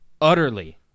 utterly